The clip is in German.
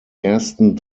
ersten